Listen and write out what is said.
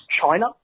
China